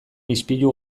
ispilu